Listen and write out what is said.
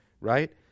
right